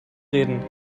reden